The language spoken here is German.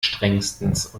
strengstens